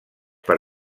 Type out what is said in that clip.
per